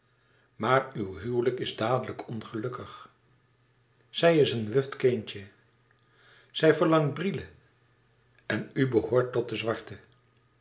maar uw huwelijk is dadelijk ongelukkig zij is een wuft kindje zij verlangt brille en u behoort tot de zwarten